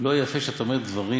לא יפה שאתה אומר דברים,